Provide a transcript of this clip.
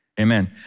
Amen